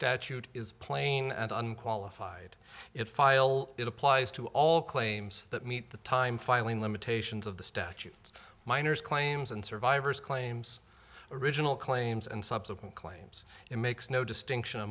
statute is plain and unqualified it file it applies to all claims that meet the time filing limitations of the statute minors claims and survivors claims original claims and subsequent claims it makes no distinction